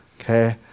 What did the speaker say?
Okay